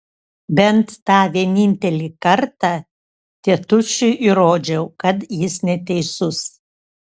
bent tą vienintelį kartą tėtušiui įrodžiau kad jis neteisus